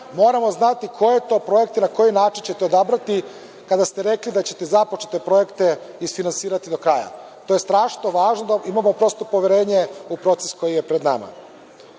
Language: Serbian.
Moramo znati koje projekte ćete odabrati, kada ste rekli da ćete započete projekte isfinansirati do kraja. To je strašno važno. Imamo prosto poverenje u proces koji je pred nama. Što